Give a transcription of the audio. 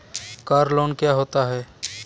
Car loan क्या होता है?